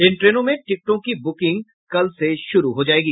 इन ट्रेनों में टिकटों की बुकिंग कल से शुरू हो जायेगी